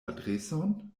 adreson